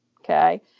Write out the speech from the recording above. Okay